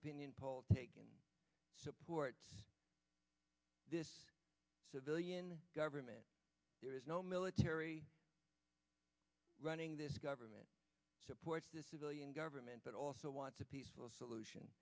opinion poll taken supports this civilian government there is no military running this government supports this government but also want to peaceful solution